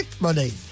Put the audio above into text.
money